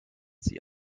sie